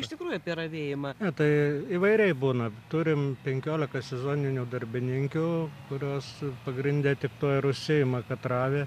iš tikrųjų apie ravėjimą tai įvairiai būna turim penkiolika sezoninių darbininkių kurios pagrinde tik tuo ir užsiima kad ravi